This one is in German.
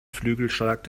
flügelschlag